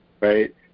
right